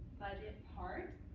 budget part,